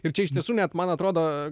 ir čia iš tiesų net man atrodo